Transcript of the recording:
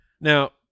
Now